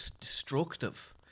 destructive